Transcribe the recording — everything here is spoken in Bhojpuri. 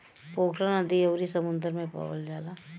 पोखरा नदी अउरी समुंदर में पावल जाला